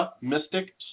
Mystic